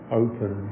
open